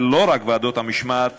ולא רק ועדות המשמעת